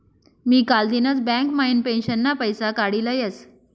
मी कालदिनच बँक म्हाइन पेंशनना पैसा काडी लयस